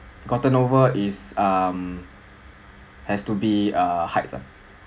gotten over is um has to be uh heights ah